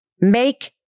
make